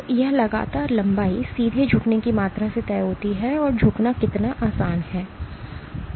तो यह लगातार लंबाई सीधे झुकने की मात्रा से तय होती है कि झुकना कितना आसान है